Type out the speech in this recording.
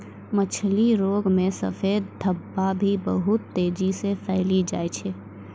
मछली रोग मे सफेद धब्बा भी बहुत तेजी से फैली जाय छै